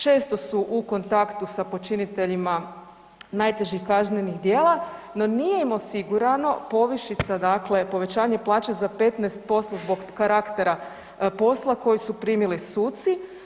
Često su u kontaktu sa počiniteljima najtežih kaznenih djela, no nije im osigurano povišica, dakle povećanje plaće za 15% zbog karaktera posla koji su primili suci.